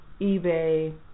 eBay